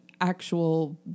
actual